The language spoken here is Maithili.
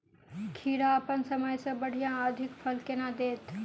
खीरा अप्पन समय सँ बढ़िया आ अधिक फल केना देत?